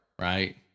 right